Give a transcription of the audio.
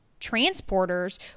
transporters